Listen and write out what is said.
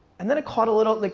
and then it caught a little, like,